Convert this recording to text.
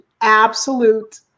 absolute